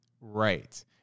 Right